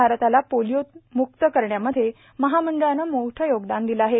भारतास पोलिओम्क्त करण्यामध्ये महामंडळानं मोठं योगदान दिलं आहे